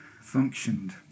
functioned